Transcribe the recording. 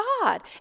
God